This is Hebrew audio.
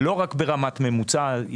ולא רק ברמת ממוצע.